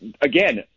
again